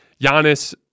Giannis